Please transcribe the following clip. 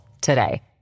today